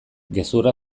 gezurra